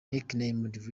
nicknamed